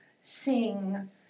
sing